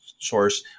source